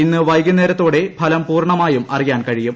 ഇന്ന് വൈകുന്നേരത്തോടെ ഫലം പൂർണ്ണമായും അറിയാൻ കഴിയും